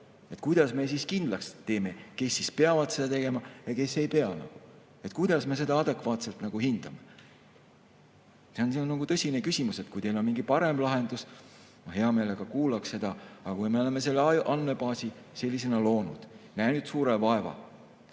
Kuidas me siis kindlaks teeme, kes peavad seda tegema ja kes ei pea? Kuidas me seda adekvaatselt hindame? See on tõsine küsimus. Kui teil on mingi parem lahendus, siis ma hea meelega kuulaks seda. Aga kui me oleme selle andmebaasi sellisena loonud, näinud suurt vaeva,